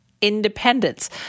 independence